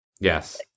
Yes